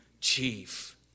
chief